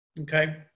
Okay